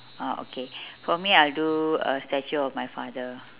oh okay for me I would do a statue of my father